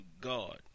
God